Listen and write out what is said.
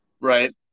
Right